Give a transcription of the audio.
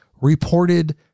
reported